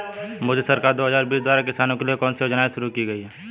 मोदी सरकार दो हज़ार बीस द्वारा किसानों के लिए कौन सी योजनाएं शुरू की गई हैं?